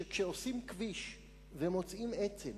שכשעושים כביש ומוצאים עצם,